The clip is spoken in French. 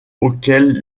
auxquelles